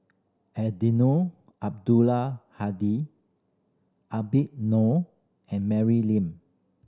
Eddino Abdul Hadi Habib Noh and Mary Lim